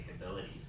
abilities